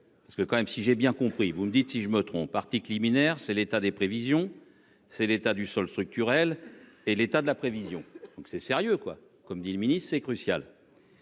parce que quand même si j'ai bien compris, vous me dites si je me trompe article liminaire, c'est l'état des prévisions. C'est l'état du sol structurelle et l'état de la prévision, donc c'est sérieux quoi, comme dit le ministre est crucial.